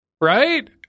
Right